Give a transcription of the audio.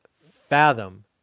fathom